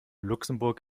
luxemburg